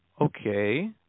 okay